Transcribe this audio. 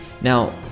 Now